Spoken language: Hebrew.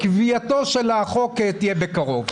גוויעתה של הצעת החוק תהיה בקרוב.